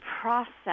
process